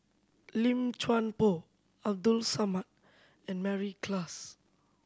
Lim Chuan Poh Abdul Samad and Mary Klass